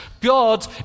God